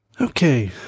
Okay